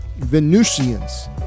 Venusians